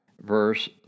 verse